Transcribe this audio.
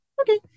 okay